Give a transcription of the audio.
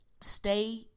Stay